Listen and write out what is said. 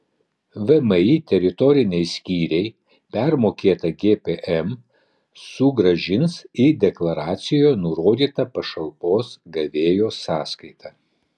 vmi teritoriniai skyriai permokėtą gpm sugrąžins į deklaracijoje nurodytą pašalpos gavėjo sąskaitą